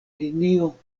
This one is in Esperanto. linio